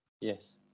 Yes